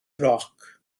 roc